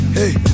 Hey